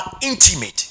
intimate